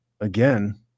again